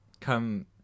come